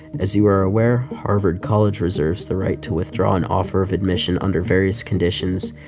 as you are aware, harvard college reserves the right to withdraw an offer of admission under various conditions,